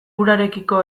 urarekiko